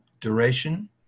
duration